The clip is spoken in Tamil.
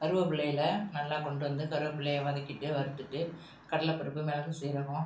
கருவேப்பில்லையில் நல்லா கொண்டுவந்து கருவேப்பில்லையை வதக்கிட்டு வறுத்துட்டு கடலைப்பருப்பு மிளகு சீரகம்